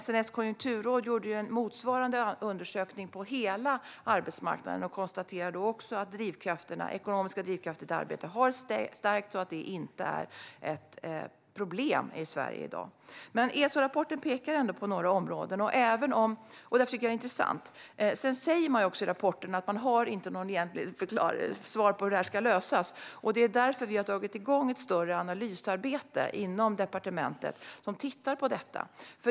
SNS konjunkturråd gjorde en motsvarande undersökning på hela arbetsmarknaden och konstaterade att de ekonomiska drivkrafterna till arbete har stärkts och att detta inte är ett problem i Sverige i dag. ESO-rapporten pekar ändå på några områden, och därför tycker jag att den är intressant. Man säger också i rapporten att man inte har något egentligt svar på hur detta ska lösas. Det är därför vi har dragit igång ett större analysarbete inom departementet som tittar på detta.